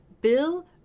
Bill